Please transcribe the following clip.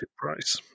price